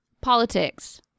politics